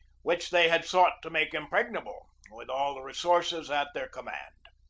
which they had sought to make impregnable with all the resources at their command.